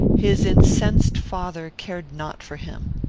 his incensed father cared not for him.